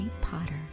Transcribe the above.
Potter